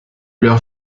leur